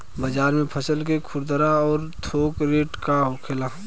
बाजार में फसल के खुदरा और थोक रेट का होखेला?